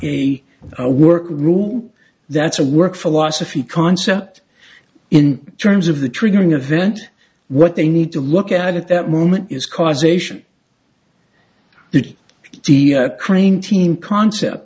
the work rule that's a work philosophy concept in terms of the triggering event what they need to look at at that moment is causation that the crane team concept